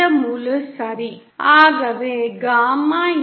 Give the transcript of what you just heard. Tan 52 F by F0 ஆகவே gamma N